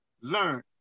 learn